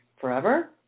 forever